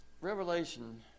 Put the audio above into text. Revelation